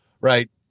right